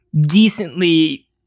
decently